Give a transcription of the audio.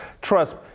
trust